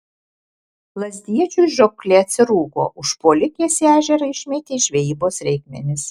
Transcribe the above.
lazdijiečiui žūklė atsirūgo užpuolikės į ežerą išmetė žvejybos reikmenis